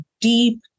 deep